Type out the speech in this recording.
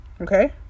Okay